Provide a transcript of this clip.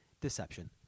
deception